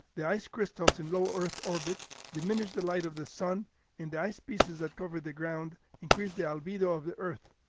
the ice crystals in low earth orbit diminished the light of the sun and the ice pieces that covered the ground increased the albedo of the earth,